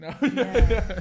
No